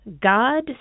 God